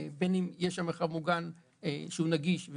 לראות שיש שם מרחב מוגן שהוא נגיש,